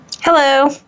Hello